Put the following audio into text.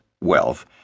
wealth